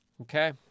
Okay